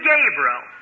Gabriel